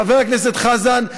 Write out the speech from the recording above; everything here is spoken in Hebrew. חבר הכנסת חזן,